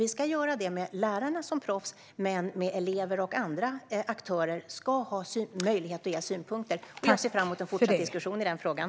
Vi ska göra detta med lärarna som proffs, men elever och andra aktörer ska ha möjlighet att ge synpunkter. Jag ser fram emot en fortsatt diskussion i den frågan.